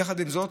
ויחד עם זאת,